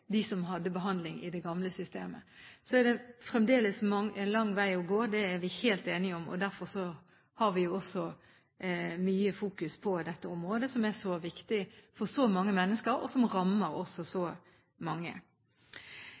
som hadde behandling i det gamle systemet. Det er fremdeles en lang vei å gå. Det er vi helt enige om. Derfor har vi også fokusert mye på dette området, som er så viktig, og som rammer så mange mennesker. Prioriteringsdebatten dreier seg også